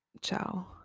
ciao